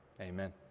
Amen